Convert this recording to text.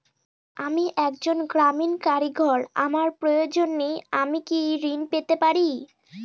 আমি একজন গ্রামীণ কারিগর আমার প্রয়োজনৃ আমি কি ঋণ পেতে পারি?